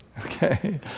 Okay